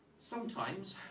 sometimes,